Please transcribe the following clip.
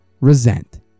resent